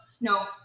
no